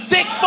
Dick